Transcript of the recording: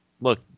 look